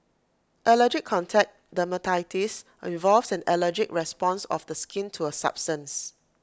allergic contact dermatitis involves an allergic response of the skin to A substance